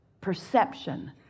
perception